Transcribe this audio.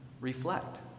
reflect